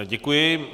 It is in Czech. Děkuji.